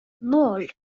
ноль